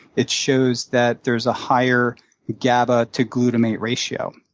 it shows that there's a higher gaba to glutamate ratio.